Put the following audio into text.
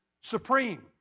supreme